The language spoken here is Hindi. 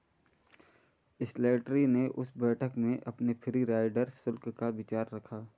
स्लैटरी ने उस बैठक में अपने फ्री राइडर शुल्क का विचार रखा